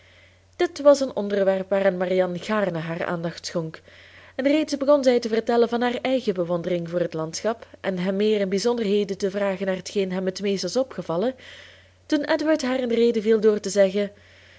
dit was een onderwerp waaraan marianne gaarne haar aandacht schonk en reeds begon zij te vertellen van haar eigen bewondering voor het landschap en hem meer in bijzonderheden te vragen naar t geen hem het meest was opgevallen toen edward haar in de rede viel door te zeggen